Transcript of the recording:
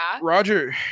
Roger